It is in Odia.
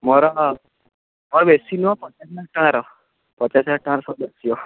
ମୋର ମୋର ବେଶୀ ନୁହଁ ପଚାଶ ଟଙ୍କାର ପଚାଶ ହଜାର ଟଙ୍କାର ସଉଦା ଆସିବ